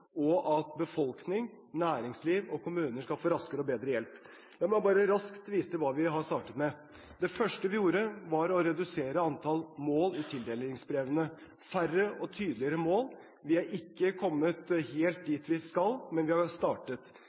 og om at befolkning, næringsliv og kommuner skal få raskere og bedre hjelp. La meg bare raskt vise til hva vi har startet med. Det første vi gjorde, var å redusere antallet mål i tildelingsbrevene – færre og tydeligere mål. Vi har ikke kommet helt dit vi skal, men vi har startet.